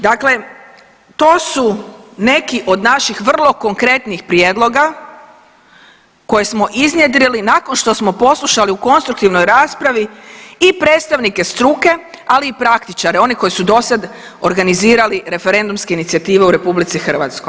Dakle, to su neki od naših vrlo konkretnih prijedloga koje smo iznjedrili nakon što smo poslušali u konstruktivnoj raspravi i predstavnike struke, ali i praktičare, oni koji su dosad organizirali referendumske inicijative u RH.